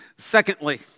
Secondly